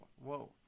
whoa